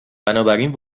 بنابراین